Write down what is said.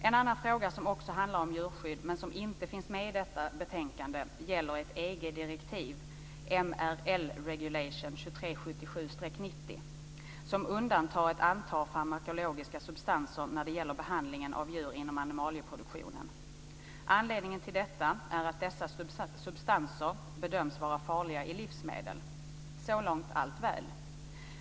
En annan fråga som också handlar om djurskydd, men som inte finns med i detta betänkande gäller ett Anledningen till detta är att dessa substanser bedöms vara farliga i livsmedel. Så långt är allt väl.